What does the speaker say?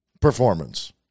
performance